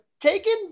taken